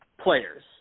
players